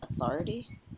authority